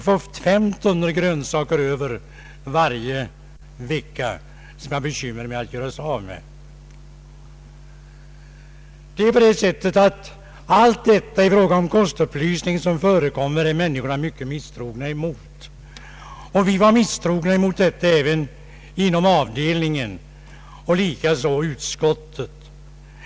De fick fem tunnor grönsaker över varje vecka och hade bekymmer att göra sig av med dem. Åtskilligt av den kostupplysning som förekommer är människorna mycket misstrogna emot. Vi var också inom avdelningen misstrogna och likaså utskottsmajoriteten.